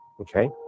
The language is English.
Okay